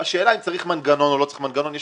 השאלה אם צריך מנגנון או לא צריך מנגנון - יש